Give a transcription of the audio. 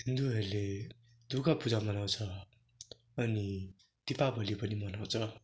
हिन्दूहरूले दुर्गापूजा मनाउँछ अनि दीपावली पनि मनाउँछ